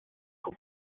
con